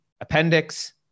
appendix